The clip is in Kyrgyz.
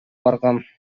барган